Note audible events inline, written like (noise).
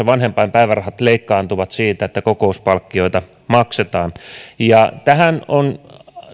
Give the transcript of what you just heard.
(unintelligible) vanhempainpäivärahat leikkaantuvat sen seurauksena että kokouspalkkioita maksetaan tähän on